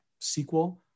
SQL